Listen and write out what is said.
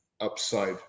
upside